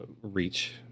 reach